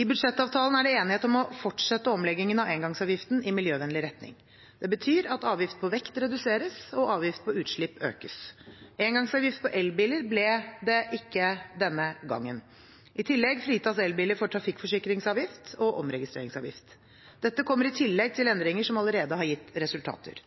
I budsjettavtalen er det enighet om å fortsette omleggingen av engangsavgiften i miljøvennlig retning. Det betyr at avgift på vekt reduseres og avgiften på utslipp økes. Engangsavgift på elbiler ble det ikke denne gangen. I tillegg fritas elbiler for trafikkforsikringsavgift og omregistreringsavgift. Dette kommer i tillegg til endringer som allerede har gitt resultater.